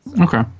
Okay